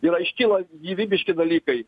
yra iškilo gyvybiški dalykai